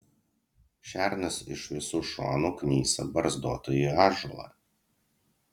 šernas iš visų šonų knisa barzdotąjį ąžuolą